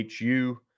HU